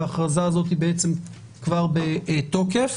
וההכרזה הזאת כבר בתוקף.